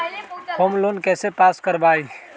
Home loan कैसे pass कर बाबई?